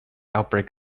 outbreak